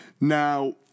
Now